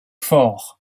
faure